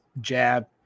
jab